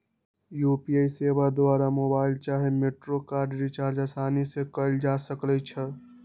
UPI सेवा द्वारा mobile चाहे मेट्रो कार्ड रिचार्ज असानी से कएल जा सकइ छइ